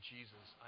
Jesus